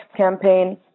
campaign